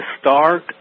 start